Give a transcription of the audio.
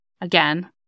again